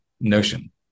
notion